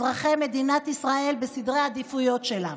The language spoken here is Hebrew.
אזרחי מדינת ישראל בסדרי העדיפויות שלה,